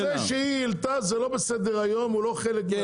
הנושא שהיא העלתה זה לא בסדר היום הוא לא חלק,